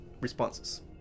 responses